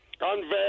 Unveil